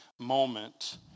moment